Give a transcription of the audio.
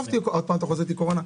עוד פעם אתה חוזר איתי לקורונה.